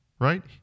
Right